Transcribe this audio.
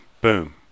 boom